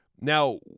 Now